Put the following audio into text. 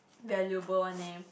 valuable one eh